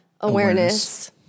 Awareness